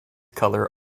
color